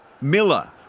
Miller